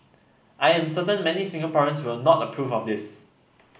I am certain many Singaporeans will not approve of this